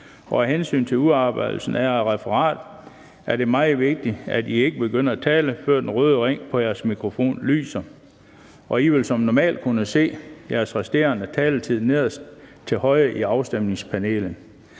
Af hensyn til udarbejdelsen af referatet er det meget vigtigt, at man ikke begynder at tale, før den røde ring på mikrofonen lyser. Man vil som normalt kunne se den resterende taletid nederst til højre på afstemningspanelet.